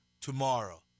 tomorrow